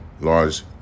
large